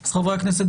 אז חברי הכנסת,